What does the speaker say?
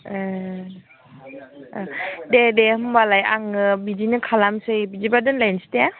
ए दे दे होमबालाय आङो बिदिनो खालामसै बिदिबा दोनलायसै दे